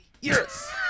yes